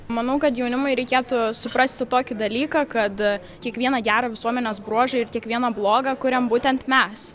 manau kad jaunimui reikėtų suprasti tokį dalyką kad kiekvieną gerą visuomenės bruožą ir kiekvieną blogą kuriam būtent mes